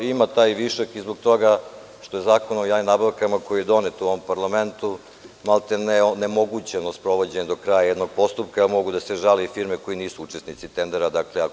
Ima taj višak i zbog toga što je Zakon o javnim nabavkama, koji je donet u ovom parlamentu, maltene onemogućen u sprovođenju do kraja jednog postupka, a mogu da se žale i firme koje nisu učesnici tendera.